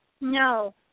No